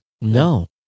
No